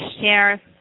share